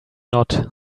not